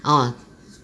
orh